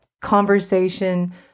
conversation